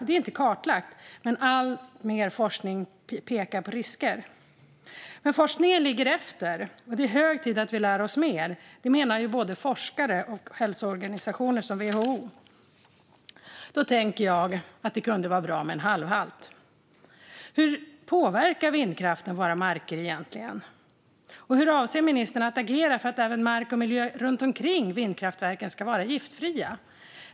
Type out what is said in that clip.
Det är inte kartlagt, men alltmer forskning pekar på risker. Men forskningen ligger efter, och det är hög tid att vi lär oss mer. Det menar både forskare och hälsoorganisationer som WHO. Då tänker jag att det kunde vara bra med en halvhalt. Hur påverkar vindkraften våra marker egentligen? Och hur avser ministern att agera för att även mark och miljö runt vindkraftverken ska vara giftfria?